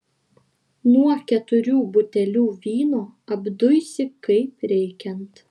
nuo keturių butelių vyno apduisi kaip reikiant